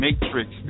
matrix